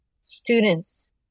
students